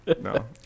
No